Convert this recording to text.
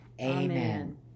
Amen